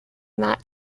that